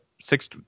Six